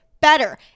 better